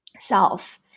Self